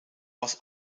was